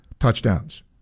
touchdowns